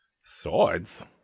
Swords